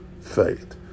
faith